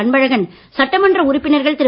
அன்பழகன் சட்டமன்ற உறுப்பினர்கள் திரு